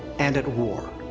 and at war.